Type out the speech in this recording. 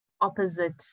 opposite